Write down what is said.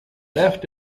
left